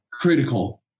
critical